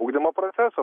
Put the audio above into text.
ugdymo proceso